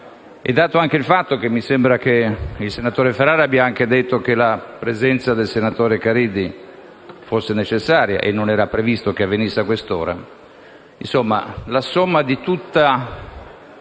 e anche il fatto che mi sembra che il senatore Mario Ferrara abbia detto che la presenza del senatore Caridi fosse necessaria e non era previsto che venisse a quest'ora. Ricordo insomma la somma di tutte